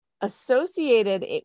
associated